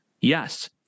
yes